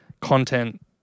content